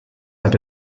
have